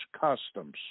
customs